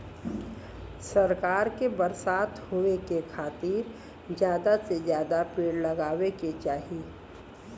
सरकार के बरसात होए के खातिर जादा से जादा पेड़ लगावे के चाही